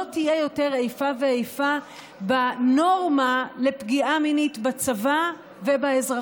לא תהיה יותר איפה ואיפה בנורמה של פגיעה מינית בין צבא והאזרחות.